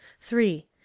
three